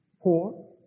poor